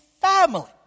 family